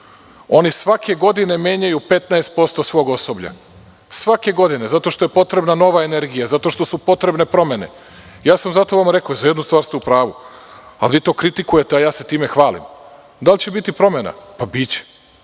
oni svake godine menjaju 15% svog osoblja, zato što je potrebna nova energija, zato što su potrebne promene. Zato sam vama rekao, za jednu stvar ste u pravu, ali vi to kritikujete, a ja se time hvalim. Da li će biti promena? Biće.